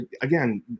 again